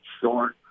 short